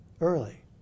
early